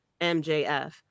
MJF